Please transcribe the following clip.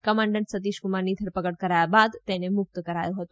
commandant સતીષકુમારની ધરપકડ કરાયા બાદ તેને મુક્ત કરાયો હતો